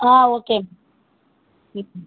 ஆ okay ma'am ம்